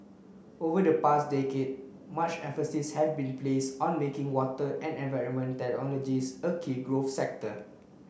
over the past decade much emphasis have been place on making water and environment technologies a key growth sector